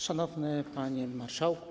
Szanowny Panie Marszałku!